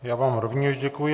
Já vám rovněž děkuji.